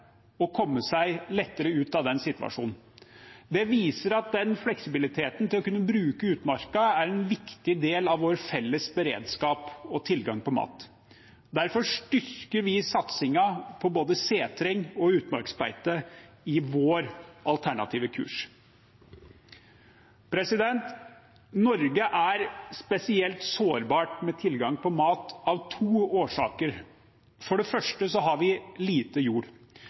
komme seg lettere ut av den situasjonen. Det viser at fleksibiliteten ved å kunne bruke utmarka er en viktig del av vår felles beredskap og tilgang på mat. Derfor styrker vi satsingen på både setring og utmarksbeite i vår alternative kurs. Norge er spesielt sårbart når det gjelder tilgang på mat, av to årsaker. For det første har vi lite jord.